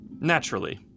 Naturally